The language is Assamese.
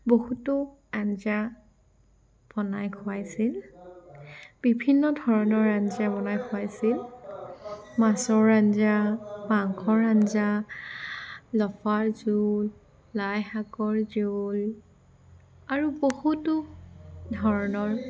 বহুতো আঞ্জা বনাই খোৱাইছিল বিভিন্ন ধৰণৰ আঞ্জা বনাই খোৱাইছিল মাছৰ আঞ্জা মাংসৰ আঞ্জা লফাৰ জোল লাইশাকৰ জোল আৰু বহুতো ধৰণৰ